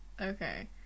okay